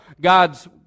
God's